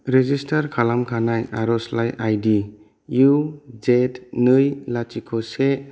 register खालामखानाय आर'जलाइ I D U जेट नै लाथिख' से